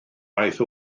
aeth